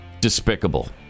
Despicable